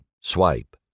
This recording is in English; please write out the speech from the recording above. Swipe